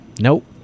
Nope